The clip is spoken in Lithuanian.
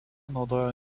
naudojo